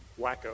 wacko